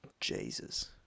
Jesus